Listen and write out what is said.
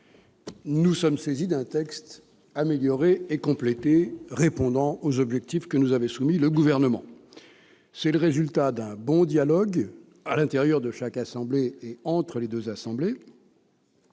nous sommes saisis d'un texte amélioré et complété, répondant aux objectifs assignés par le Gouvernement. C'est le résultat d'un bon dialogue, à l'intérieur de chaque assemblée et entre les deux assemblées-